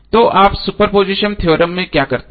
तो आप superposition theorem में क्या करते हैं